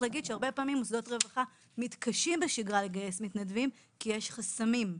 הרבה פעמים מוסדות הרווחה מתקשים בשגרה לגייס מתנדבים כי יש חסמים.